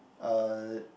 uh